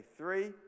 three